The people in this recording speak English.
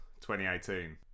2018